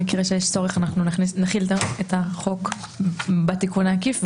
במקרה שיש צורך אנחנו נחיל את החוק בתיקון העקיף,